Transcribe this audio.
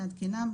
לעדכנם,